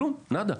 כלום, נאדה.